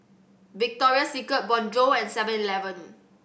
Victoria Secret Bonjour and Seven Eleven